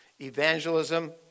evangelism